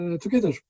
together